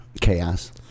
Chaos